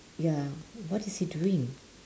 ya what is he doing